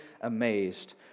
amazed